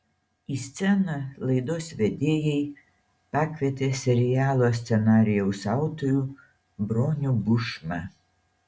į sceną laidos vedėjai pakvietė serialo scenarijaus autorių bronių bušmą